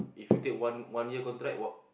if you take one one year contract what